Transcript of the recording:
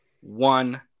one